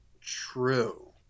True